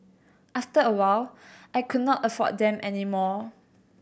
after a while I could not afford them any more